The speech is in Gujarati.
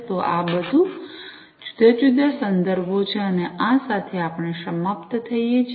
તો આ બધા જુદા જુદા સંદર્ભો છે અને આ સાથે આપણે સમાપ્ત થઈએ છીએ